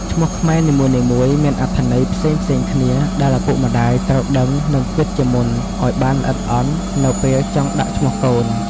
ឈ្មោះខ្មែរនីមួយៗមានអត្ថន័យផ្សេងៗគ្នាដែលឪពុកម្តាយត្រូវដឹងនិងគិតជាមុនអោយបានល្អិតល្អន់ នៅពេលចង់ដាក់ឈ្មោះកូន។